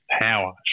Power